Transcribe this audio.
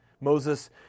Moses